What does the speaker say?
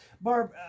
Barb